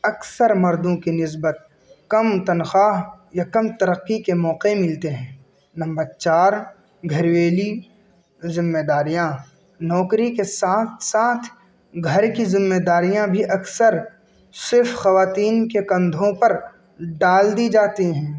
اکثر مردوں کی نسبت کم تنخواہ یا کم ترقی کے موقع ملتے ہیں نمبر چار گھریلو ذمہ داریاں نوکری کے ساتھ ساتھ گھر کی ذمہ داریاں بھی اکثر صرف خواتین کے کندھوں پر ڈال دی جاتی ہیں